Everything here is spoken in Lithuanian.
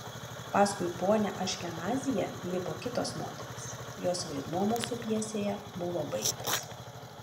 paskui ponią aškenazyje lipo kitos moterys jos vaidmuo mūsų pjesėje buvo baigtas